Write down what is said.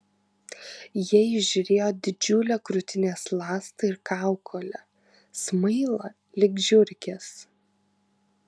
jie įžiūrėjo didžiulę krūtinės ląstą ir kaukolę smailą lyg žiurkės